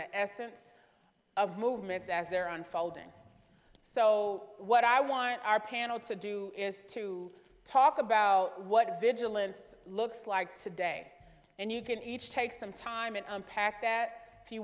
the essence of movements as they're unfolding so what i want our panel to do is to talk about what vigilance looks like today and you can each take some time and unpack that